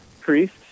priest